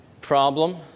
problem